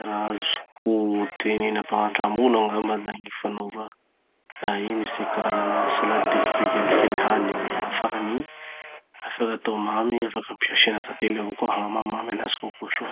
Raha azoko teneny ampagnandramy olo angamba da gny fanaova, ah ino izy tiky, karazana salade de fruits kelikely hany amy farany igny. Afaky atao mamy, afaky ampia asiana tantely avao koa hagnamamy anazy kokoa soa.